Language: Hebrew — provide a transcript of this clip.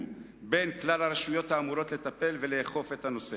בין כלל הרשויות האמורות לטפל בנושא ולאכוף אותו.